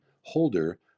holder